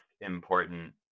important